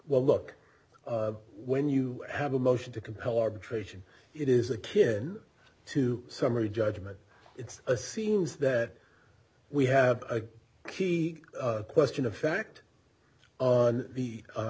well look when you have a motion to compel arbitration it is a kid to summary judgment it's a scenes that we have a key question of fact on the